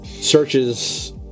searches